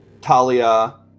Talia